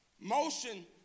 Motion